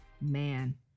Man